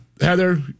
Heather